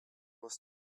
was